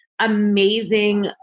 amazing